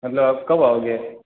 मतलब आप कब आओगे